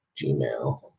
Gmail